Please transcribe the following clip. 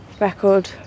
record